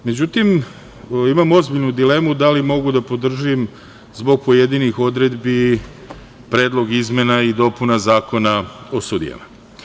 Međutim, imam ozbiljnu dilemu da li mogu da podržim zbog pojedinih odredbi predlog izmena i dopuna Zakona o sudijama.